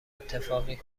اتفاقی